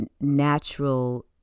natural